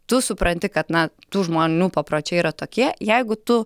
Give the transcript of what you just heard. tu supranti kad na tų žmonių papročiai yra tokie jeigu tu